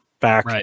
back